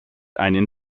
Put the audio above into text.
einen